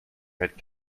had